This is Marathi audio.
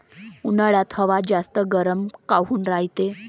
उन्हाळ्यात हवा जास्त गरम काऊन रायते?